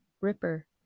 Ripper